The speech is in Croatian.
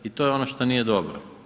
I to je ono šta nije dobro.